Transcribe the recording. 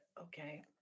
okay